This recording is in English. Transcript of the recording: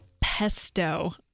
pesto